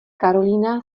karolína